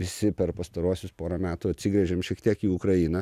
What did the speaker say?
visi per pastaruosius porą metų atsigręžėm šiek tiek į ukrainą